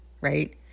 right